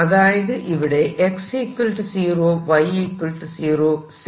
അതായത് ഇവിടെ x 0